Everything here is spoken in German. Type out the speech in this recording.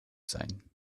sein